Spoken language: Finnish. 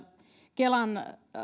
kelan